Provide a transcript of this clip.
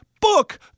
book